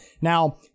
Now